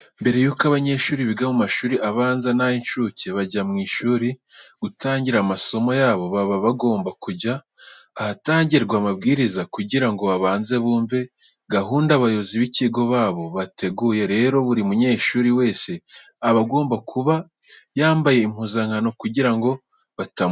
Mbere y'uko abanyeshuri biga mu mashuri abanza n'ay'incuke bajya mu ishuri gutangira amasomo yabo, baba bagomba kujya ahatangirwa amabwiriza kugira ngo babanze bumve gahunda abayobozi b'ikigo baba bateguye. Rero buri munyeshuri wese aba agomba kuba yambaye impuzankano kugira ngo batamuhana.